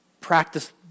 practice